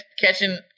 catching